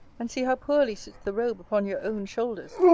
and see how poorly sits the robe upon your own shoulders,